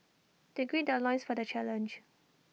they gird their loins for the challenge